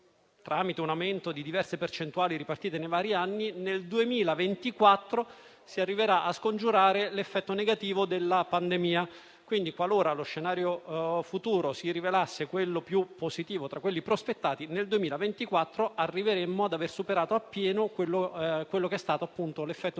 tramite un amento di diverse percentuali ripartite nei vari anni, nel 2024 si arriverà a scongiurare l'effetto negativo della pandemia. Qualora lo scenario futuro si rivelasse il più positivo tra quelli prospettati, nel 2024 arriveremmo a superare pienamente l'effetto negativo